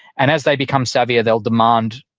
and as they become savvier, they'll demand